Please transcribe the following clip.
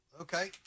Okay